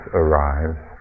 arrives